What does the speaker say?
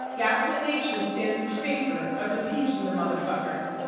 gaslit nation stands in favor of impeaching the motherfucker.